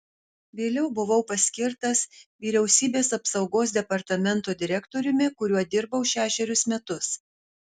vėliau buvau paskirtas vyriausybės apsaugos departamento direktoriumi kuriuo dirbau šešerius metus